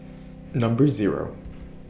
Number Zero